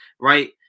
right